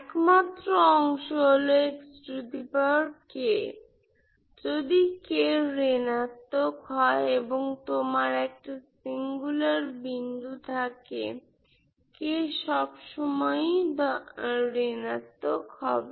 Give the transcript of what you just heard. একমাত্র অংশ হল যদি k ঋনাত্মক হয় এবং তোমার একটা সিঙ্গুলার বিন্দু থাকে k সবসময়ই ঋনাত্মক হবে